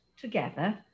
together